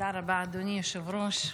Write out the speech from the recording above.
תודה רבה, אדוני היושב-ראש.